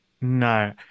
no